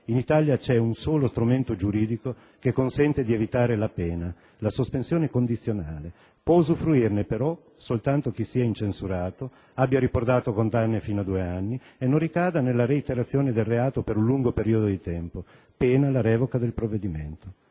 in Italia c'è un solo strumento giuridico che consente di evitare la pena: la sospensione condizionale. Può usufruirne però, soltanto chi sia incensurato, abbia riportato condanne fino a due anni e non ricada nella reiterazione del reato per un lungo periodo di tempo, pena la revoca del provvedimento.